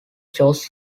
shows